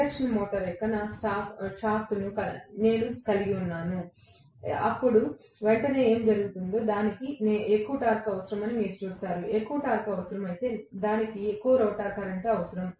induction motor యొక్క నా shaft నేను కలిగి ఉన్నాను అప్పుడు వెంటనే ఏమి జరుగుతుందో దానికి ఎక్కువ టార్క్ అవసరమని మీరు చూస్తారు ఎక్కువ టార్క్ అవసరమైతే దానికి ఎక్కువ రోటర్ కరెంట్ అవసరం